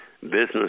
business